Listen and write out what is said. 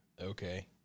Okay